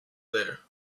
there